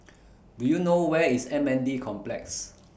Do YOU know Where IS M N D Complex